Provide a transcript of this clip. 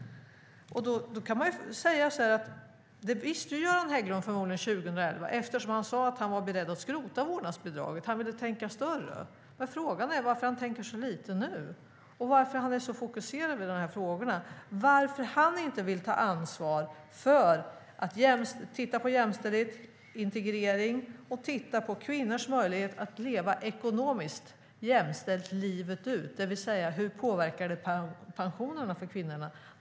Göran Hägglund visste det förmodligen 2011 eftersom han sade att han var beredd att skrota vårdnadsbidraget - han ville tänka större. Jag frågar mig varför han tänker så lite nu och varför han är så fokuserad på dessa frågor - varför han inte vill ta ansvar för att titta på jämställdhetsintegrering och titta på kvinnors möjlighet att leva ekonomiskt jämställt livet ut, det vill säga hur det påverkar pensionerna för kvinnorna.